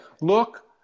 look